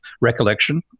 recollection